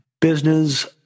business